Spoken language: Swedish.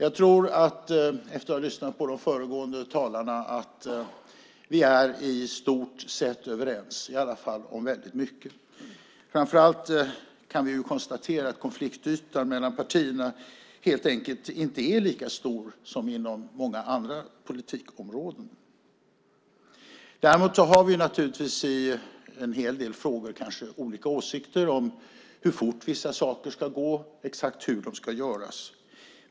Efter att ha lyssnat på de föregående talarna tror jag att vi i stort sett är överens om väldigt mycket. Framför allt kan vi konstatera att konfliktytan mellan partierna inte är lika stor som på många andra politikområden. Däremot har vi naturligtvis olika åsikter i en hel del frågor, till exempel om hur fort vissa saker ska gå och exakt hur de ska göras.